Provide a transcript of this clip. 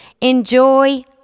Enjoy